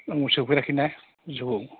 आंबो सोंफेराखैना गोजौआव